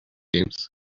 games